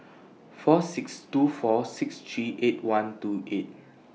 four six two four six three eight one two eight